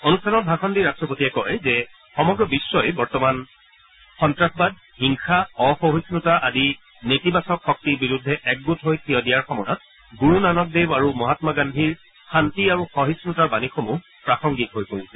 অনুষ্ঠানত ভাষণ দি ৰট্টপতিয়ে কয় যে সমগ্ৰ বিশ্বই বৰ্তমান সন্তাসবাদ হিংসা অসহিফুতা আদি নেতিবাচক শক্তিৰ বিৰুদ্ধে এক গোট হৈ থিয় দিয়াৰ সময়ত গুৰুনানক দেৱ আৰু মহামা গান্ধীৰ শান্তি আৰু সহিষ্ণতাৰ বাণীসমূহ প্ৰাসংগিক হৈ পৰিছে